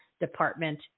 Department